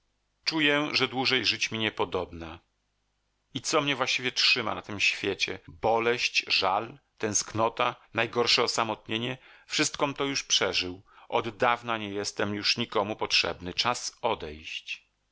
czuję że dłużej żyć mi niepodobna i co mnie właściwie trzyma na tym świecie boleść żal tęsknota najgorsze osamotnienie wszystkom to już przeżył oddawna nie jestem już nikomu potrzebny czas odejść